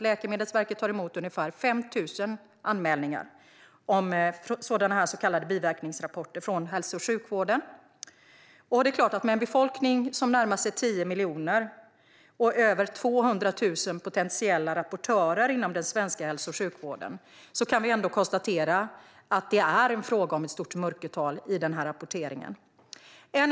Läkemedelsverket tar årligen emot ungefär 5 000 anmälningar om så kallade biverkningsrapporter från hälso och sjukvården. Med en befolkning som närmar sig 10 miljoner och över 200 000 potentiella rapportörer inom den svenska hälso och sjukvården kan vi självklart konstatera att det är fråga om ett stort mörkertal i rapporteringen.